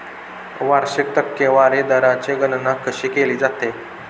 वार्षिक टक्केवारी दराची गणना कशी केली जाते?